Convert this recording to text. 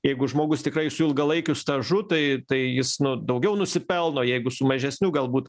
jeigu žmogus tikrai su ilgalaikiu stažu tai tai jis nu daugiau nusipelno jeigu su mažesniu galbūt